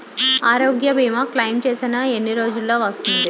ఆరోగ్య భీమా క్లైమ్ చేసిన ఎన్ని రోజ్జులో వస్తుంది?